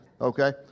Okay